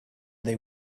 they